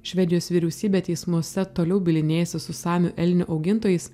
švedijos vyriausybė teismuose toliau bylinėjasi su samių elnių augintojais